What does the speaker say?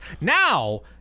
Now